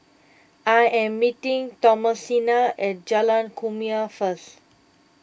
I am meeting Thomasina at Jalan Kumia first